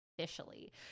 officially